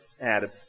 Adam